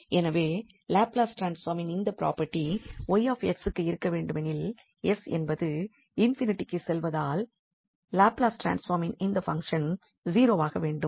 எனவே லாப்லஸ் ட்ரான்ஸ்பார்மின் இந்த ப்ராபெர்ட்டி 𝑌𝑠க்கு இருக்க வேண்டுமெனில் s என்பது ∞ க்கு செல்வதனால் லாப்லஸ் ட்ரான்ஸ்பார்மின் இந்த பங்க்ஷ்ன் 0 ஆக வேண்டும்